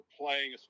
playing